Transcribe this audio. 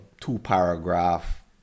two-paragraph